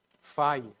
fire